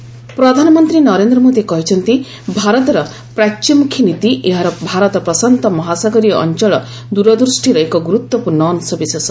PM India ASEAN ପ୍ରଧାନମନ୍ତ୍ରୀ ନରେନ୍ଦ୍ର ମୋଦି କହିଛନ୍ତି ଭାରତର ପ୍ରାଚ୍ୟମୁଖୀ ନୀତି ଏହାର ଭାରତ ପ୍ରଶାନ୍ତ ମହାସାଗରୀୟ ଅଞ୍ଚଳ ଦ୍ୱରଦ୍ୱଷ୍ଟିର ଏକ ଗ୍ରର୍ତ୍ୱପୂର୍ଣ୍ଣ ଅଂଶବିଶେଷ